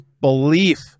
belief